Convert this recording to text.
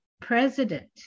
president